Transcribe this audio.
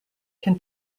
can